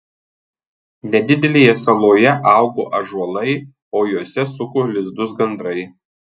nedidelėje saloje augo ąžuolai o juose suko lizdus gandrai